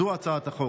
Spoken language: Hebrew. זו הצעת החוק.